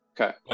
Okay